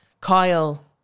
Kyle